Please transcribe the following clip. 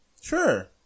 Sure